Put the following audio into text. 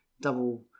double